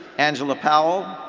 angela powell,